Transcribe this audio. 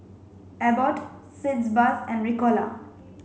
Abbott Sitz bath and Ricola